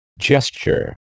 Gesture